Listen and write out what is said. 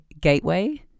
gateway